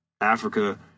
Africa